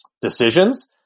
decisions